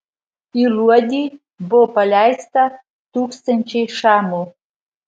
į luodį buvo paleista tūkstančiai šamų